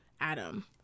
Adam